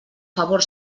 favor